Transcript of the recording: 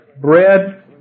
Bread